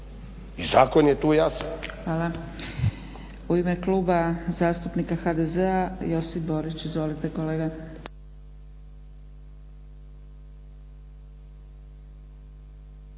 i zakon je tu jasan.